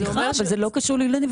סליחה, זה לא קשור לילדים.